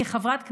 כחברת כנסת,